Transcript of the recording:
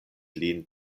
lin